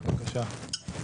בבקשה.